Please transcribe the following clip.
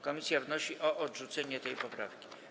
Komisja wnosi o odrzucenie tej poprawki.